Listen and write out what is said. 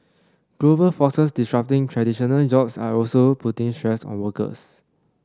global forces disrupting traditional jobs are also putting stress on workers